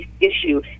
issue